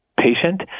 patient